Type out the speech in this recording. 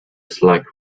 slack